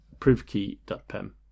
privkey.pem